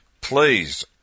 Please